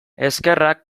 eskerrak